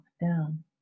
down